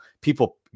people